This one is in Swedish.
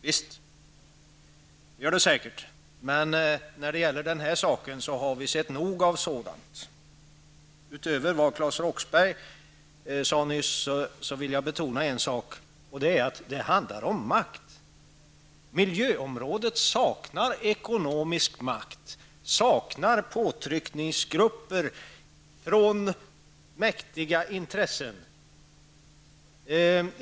Visst, det gör det säkert, men när det gäller den här saken har vi sett nog av sådant. Jag vill, utöver vad Claes Roxbergh sade nyss, betona att det handlar om makt. Miljöområdet saknar ekonomisk makt och påtryckningsgrupper med mäktiga intressen.